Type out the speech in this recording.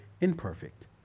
imperfect